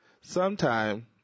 sometime